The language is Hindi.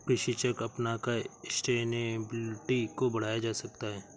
कृषि चक्र अपनाकर सस्टेनेबिलिटी को बढ़ाया जा सकता है